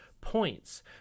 points